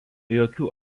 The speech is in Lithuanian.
jokių